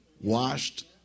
washed